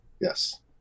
Yes